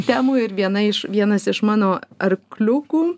temų ir viena iš vienas iš mano arkliukų